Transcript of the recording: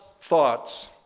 thoughts